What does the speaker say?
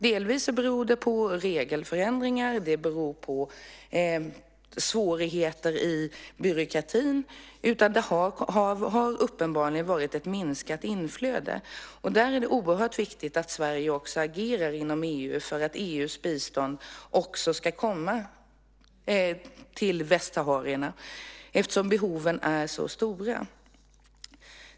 Delvis beror det på regelförändringar och svårigheter i byråkratin, men det har uppenbarligen varit ett minskat inflöde. Där är det oerhört viktigt att Sverige agerar inom EU för att EU:s bistånd också ska komma till västsaharierna eftersom behoven är så stora.